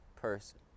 person